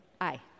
Aye